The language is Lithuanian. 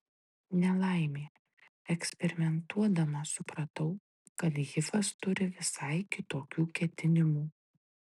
nelaimė eksperimentuodama supratau kad hifas turi visai kitokių ketinimų